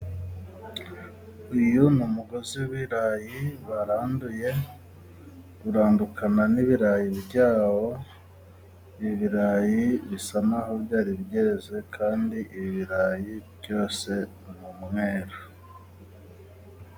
Uyu ni umugozi w'ibirayi baranduye ,urandukana n'ibirayi byawo. Ibi birayi bisa naho byari byeze kandi ibi ibirayi byose ni umweru.